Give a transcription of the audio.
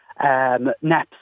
NEPs